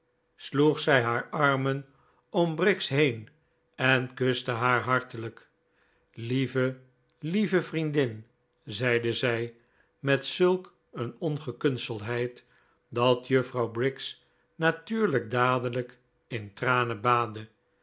sloeg zij haar armen om briggs heen en kuste haar hartelijk lieve lieve vriendin zeide zij met zulk een ongekunsteldheid dat juffrouw briggs natuurlijk dadelijk in tranen baadde